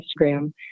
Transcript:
Instagram